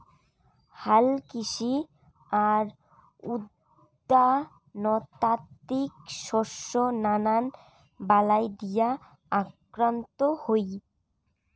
হালকৃষি আর উদ্যানতাত্ত্বিক শস্য নানান বালাই দিয়া আক্রান্ত হই